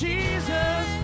Jesus